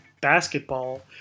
basketball